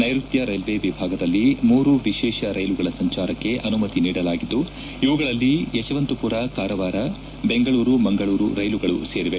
ನೈರುತ್ಯ ರೈಲ್ವೆ ವಿಭಾಗದಲ್ಲಿ ಮೂರು ವಿಶೇಷ ರೈಲುಗಳ ಸಂಚಾರಕ್ಕೆ ಅನುಮತಿ ನೀಡಲಾಗಿದ್ದು ಇವುಗಳಲ್ಲಿ ಯಶವಂತಪುರ ಕಾರವಾರ ಬೆಂಗಳೂರು ಮಂಗಳೂರು ರೈಲುಗಳು ಸೇರಿವೆ